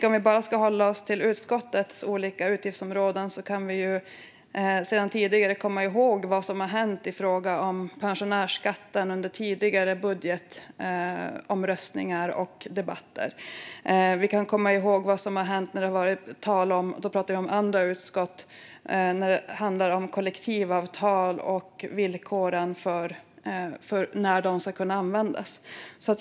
Om vi ska hålla oss till utskottets olika utgiftsområden kan vi komma ihåg vad som har hänt med pensionärsskatten vid tidigare budgetomröstningar och debatter, och vi kan komma ihåg vad som har hänt i andra utskott när det handlar om villkoren för kollektivavtal.